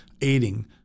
aiding